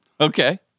Okay